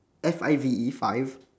F I V E five